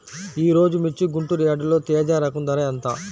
ఈరోజు మిర్చి గుంటూరు యార్డులో తేజ రకం ధర ఎంత?